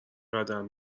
قدم